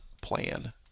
plan